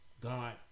God